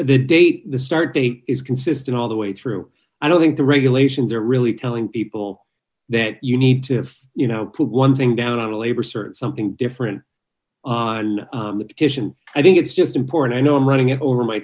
the date the start date is consistent all the way through i don't think the regulations are really telling people that you need to have you know one thing down on labor certain something different on occasion i think it's just important i know i'm running it over my